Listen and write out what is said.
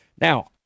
now